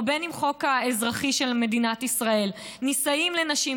ואם החוק האזרחי של מדינת ישראל: נישאים לנשים,